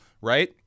right